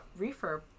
refurb